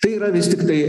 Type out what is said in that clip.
štai yra vis tiktai